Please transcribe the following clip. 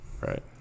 Right